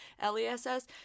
l-e-s-s